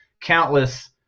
countless